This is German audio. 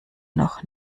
noch